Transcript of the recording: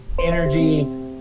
energy